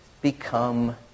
become